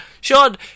Sean